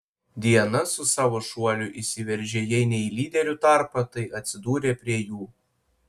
diana su savo šuoliu įsiveržė jei ne į lyderių tarpą tai atsidūrė prie jų